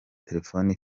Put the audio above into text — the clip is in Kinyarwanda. telefoni